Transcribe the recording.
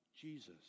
Jesus